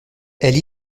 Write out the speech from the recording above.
elles